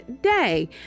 day